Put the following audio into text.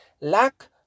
Lack